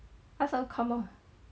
ask her come out